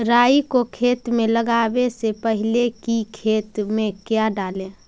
राई को खेत मे लगाबे से पहले कि खेत मे क्या डाले?